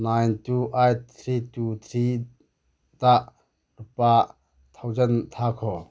nine two eight three two three ꯗ ꯂꯨꯄꯥ thousand ꯊꯥꯈꯣ